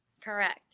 Correct